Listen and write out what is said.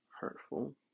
hurtful